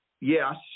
yes